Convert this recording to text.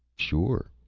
sure!